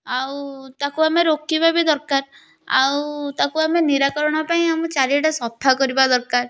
ଆଉ ତାକୁ ଆମେ ରୋକିବା ବି ଦରକାର ଆଉ ତାକୁ ଆମେ ନିରାକରଣ ପାଇଁ ଆମେ ଚରିଆଡ଼େ ସଫାକରିବା ଦରକାର